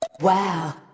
Wow